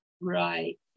Right